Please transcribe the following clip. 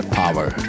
power